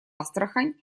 астрахань